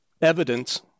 evidence